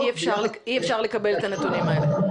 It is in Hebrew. אי אפשר לקבל את הנתונים האלה.